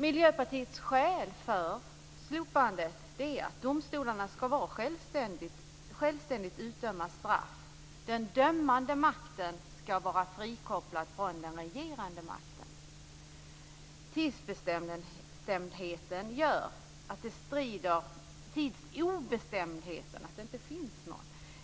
Miljöpartiets skäl för att slopa livstidsstraff är att domstolarna skall utdöma straff självständigt. Den dömande makten skall vara frikopplad från den regerande makten.